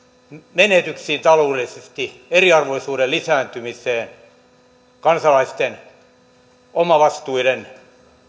menetyksiin taloudellisesti eriarvoisuuden lisääntymiseen kansalaisten omavastuiden